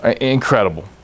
incredible